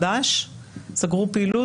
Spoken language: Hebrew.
זה קשור לתשלומי המיסים,